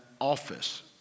office